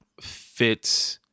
fits